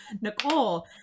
nicole